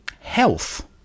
health